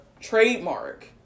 trademark